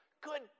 Good